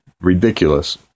ridiculous